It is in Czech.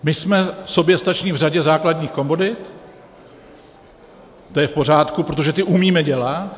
My jsme soběstační v řadě základních komodit, to je v pořádku, protože ty umíme dělat.